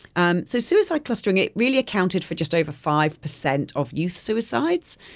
um so suicide clustering, it really accounted for just over five percent of youth suicides.